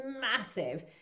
massive